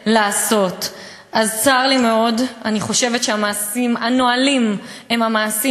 נעבור להצעות לסדר-היום בנושא: רק 7% מהסטודנטים בישראל גרים במעונות,